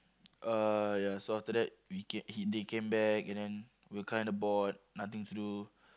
uh ya so after that we can they came back and then we're kind of bored nothing to do